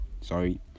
sorry